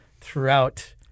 throughout